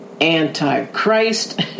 Anti-Christ